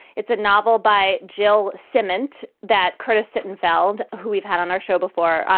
it's a novel by jill cement that curtis sittenfeld, who we've had on our show before.